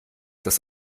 das